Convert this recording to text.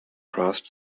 crossed